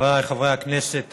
חבריי חברי הכנסת,